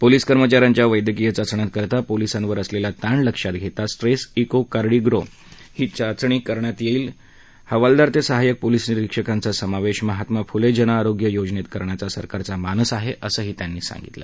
police कर्मचाऱ्यांच्या वैद्यकीय चाचण्या करताना पोलिसांवर असलेला ताण लक्षात घेता स्ट्रेस इको कार्डियोग्राम चाचणीही करण्यात येईल हवालदार ते सहाय्यक पोलीस निरीक्षकांचा समावेश महात्मा फुले जनआरोग्य योजनेत करण्याचा सरकारचा मानस आहे असंही गृहमंत्र्यांनी सांगितलं